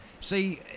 See